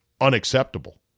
unacceptable